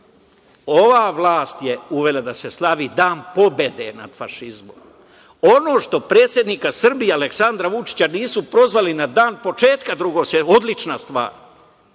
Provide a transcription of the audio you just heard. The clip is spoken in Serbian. Ova vlast je uvela da se salvi Dan pobede nad fašizmom. Ono što predsednika Srbije Aleksandra Vučića nisu pozvali na dan početka Drugog svetskog rata, odlična stvar.